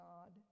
God